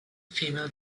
female